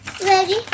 Ready